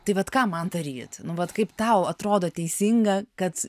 tai vat ką man daryti nu vat kaip tau atrodo teisinga kad